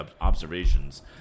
observations